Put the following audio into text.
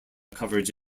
coverage